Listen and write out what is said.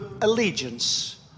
allegiance